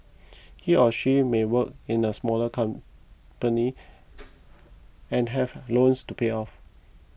he or she may work in a smaller company and have loans to pay off